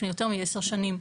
לפני יותר מעשר שנים,